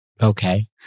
okay